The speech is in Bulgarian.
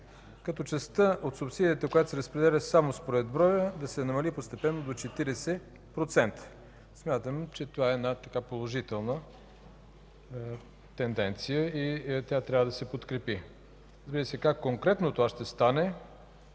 като частта от субсидията, която се разпределя само според броя, да се намали постепенно до 40%. Смятам, че това е една положителна тенденция и трябва да се подкрепи. Зависи как конкретно това ще стане,